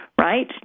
right